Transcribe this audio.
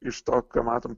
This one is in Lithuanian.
iš to ką matom